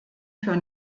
für